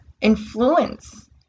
influence